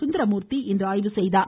சுந்தரமூர்த்தி இன்று ஆய்வு செய்தார்